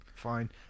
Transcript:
Fine